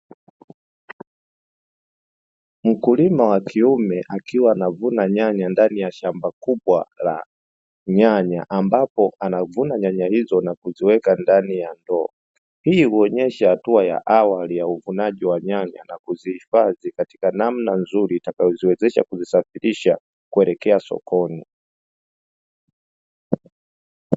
Mkulima wa kiume akiwa anavuna nyanya ndani ya shamba kubwa la nyanya ambapo anavuna nyanya hizo na kuziweka ndani ya ndoo, hii huonyesha hatua ya awali ya uvunaji wa nyanya na kuzihifadhi katika namna nzuri itakayojiwezesha kuzisafirisha kuelekea sokoni.